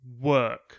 work